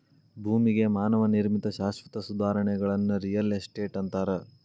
ಭೂಮಿಗೆ ಮಾನವ ನಿರ್ಮಿತ ಶಾಶ್ವತ ಸುಧಾರಣೆಗಳನ್ನ ರಿಯಲ್ ಎಸ್ಟೇಟ್ ಅಂತಾರ